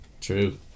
true